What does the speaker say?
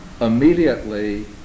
immediately